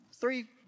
three